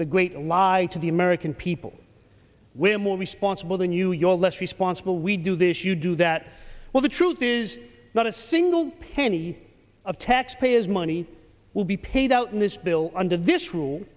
the great lie to the american people we're more responsible than you your less responsible we do this you do that well the truth is not a single penny of taxpayers money will be paid out in this bill under this rule